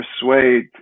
persuade